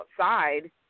outside